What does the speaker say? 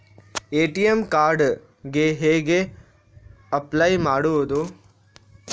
ATM card ಗೆ ಹೇಗೆ apply ಮಾಡುವುದು?